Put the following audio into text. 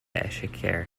exchequer